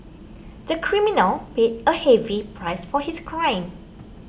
the criminal paid a heavy price for his crime